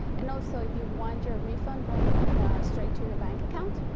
and also if you want your refund going straight to your bank account,